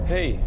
Hey